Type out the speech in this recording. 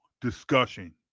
discussion